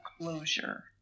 closure